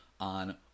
on